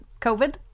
COVID